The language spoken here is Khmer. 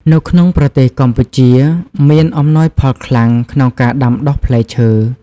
នៅក្នុងប្រទេសកម្ពុជាមាន អំណោយផលខ្លាំង ក្នុងការដាំដុះផ្លែឈើ។